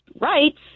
rights